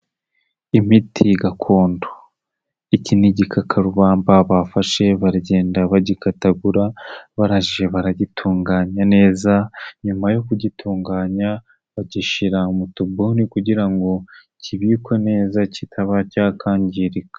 Imiti gakondo, iki nigikakarubamba bafashe baragenda bagikatagura, barangije baragitunganya neza, nyuma yo kugitunganya, bagishyira mutuboni kugira ngo kibikwe neza kitaba cyakangirika.